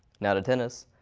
now to tennis.